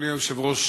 אדוני היושב-ראש,